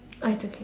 I just